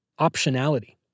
Optionality